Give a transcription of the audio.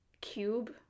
cube